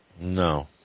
No